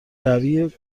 روی